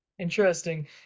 Interesting